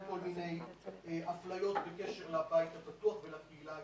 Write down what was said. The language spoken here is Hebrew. כל מיני אפליות בקשר לבית הפתוח ולקהילה הגאה.